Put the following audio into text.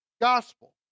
gospel